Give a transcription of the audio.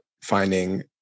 finding